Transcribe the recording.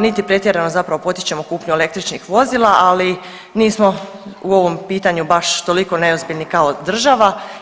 niti pretjerano zapravo potičemo kupnju električnih vozila, ali nismo u ovom pitanju baš toliko neozbiljni kao država.